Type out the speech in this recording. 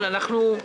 כן.